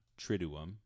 triduum